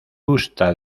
gusta